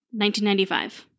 1995